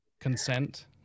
Consent